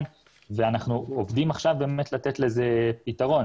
ואנחנו עובדים עכשיו באמת לתת לזה פתרון.